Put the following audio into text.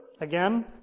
again